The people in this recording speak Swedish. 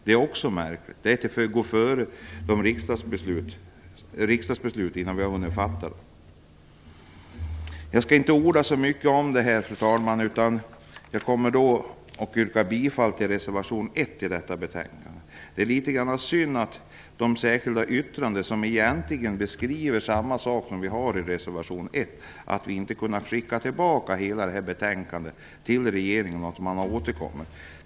Det är märkligt att försöka förekomma riksdagsbesluten på detta sätt. Fru talman! Jag skall inte orda så mycket om detta, utan jag yrkar bifall till reservation 1 i betänkandet. De särskilda yttrandena beskriver egentligen samma sak som reservation 1. Det är litet synd att vi inte har kunnat skicka tillbaka hela förslaget till regeringen och be den återkomma.